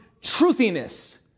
truthiness